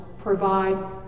provide